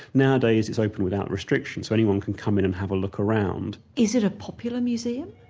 nowadays it's open without restriction, so anyone can come in and have a look around. is it a popular museum?